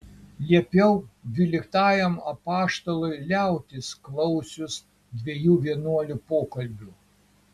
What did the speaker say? liepiau dvyliktajam apaštalui liautis klausius dviejų vienuolių pokalbių